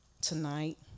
tonight